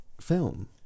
film